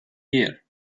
year